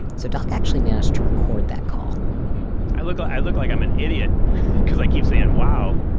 so doc actually managed to record that call i look like i look like i'm an idiot because i keep saying, wow